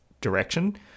direction